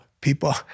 people